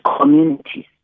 communities